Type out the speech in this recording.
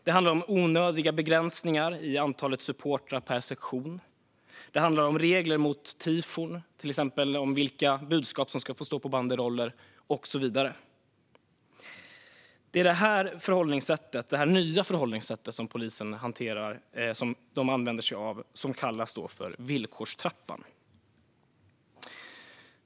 Det handlar om onödiga begränsningar i antalet supportrar per sektion, om regler mot tifon, till exempel vilka budskap som ska få stå på banderoller, och så vidare. Det nya förhållningssättet som polisen använder sig av kallas för villkorstrappan.